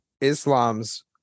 Islam's